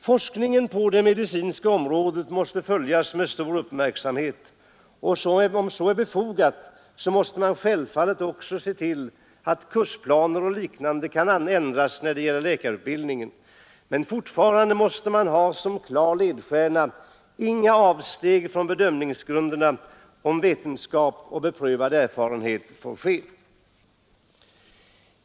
Forskningen på det medicinska området måste följas med stor uppmärksamhet, och om det är befogat måste man självfallet se till att kursplaner o.d. kan ändras när det gäller läkarutbildningen. Men fortfarande måste man ha som klar ledstjärna att inga avsteg från bedömningsgrunderna om vetenskap och beprövad erfarenhet får ske.